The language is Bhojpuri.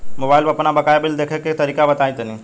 मोबाइल पर आपन बाकाया बिल देखे के तरीका बताईं तनि?